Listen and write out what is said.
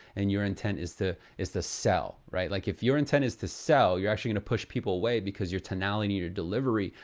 and your intent is to is the sell, right? like if your intent is to sell, you're actually gonna push people away because your tonality, your delivery,